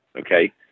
okay